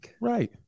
right